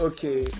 Okay